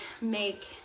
make